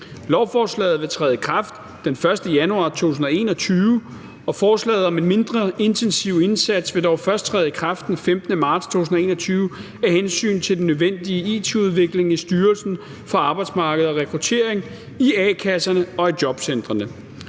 Lovforslaget vil træde i kraft den 1. januar 2021. Forslaget om en mindre intensiv indsats vil dog først træde i kraft den 15. marts 2021 af hensyn til den nødvendige it-udvikling i Styrelsen for Arbejdsmarked og Rekruttering, i a-kasserne og i jobcentrene.